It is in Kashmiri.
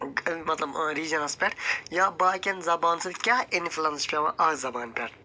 امیُک مطلب ریجنس پٮ۪ٹھ یا باقین زبانَن سۭتۍ کیٚاہ اِنفلنس پٮ۪وان اَتھ زبانہِ پٮ۪ٹھ